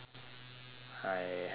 I have no idea